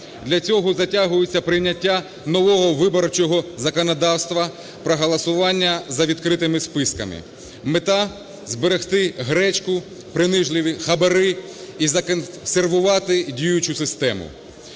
Для цього затягується прийняття нового виборчого законодавства про голосування за відкритими списками. Мета: зберегти гречку, принизливі хабарі і законсервувати діючу систему.